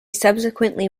subsequently